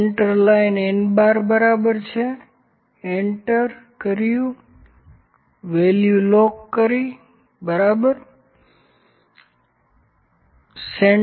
centre line u¯ બરાબર છે enter કર્યુ વેલ્યુ લોક કરી બરાબર છે